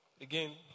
again